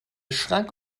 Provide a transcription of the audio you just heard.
schrank